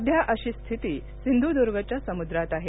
सध्या अशी स्थिती सिंधूर्द्गच्या समुद्रात आहे